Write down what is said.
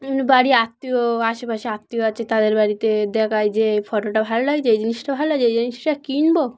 এমনি বাড়ির আত্মীয় আশেপাশে আত্মীয় আছে তাদের বাড়িতে দেখায় যে ফটোটা ভালো লাগছে এই জিনিসটা ভালো লাগছে এই জিনিসটা কিনবো